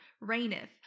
reigneth